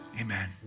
Amen